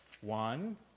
One